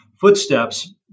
footsteps